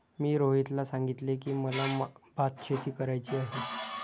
मी रोहितला सांगितले की, मला भातशेती करायची आहे